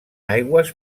aigües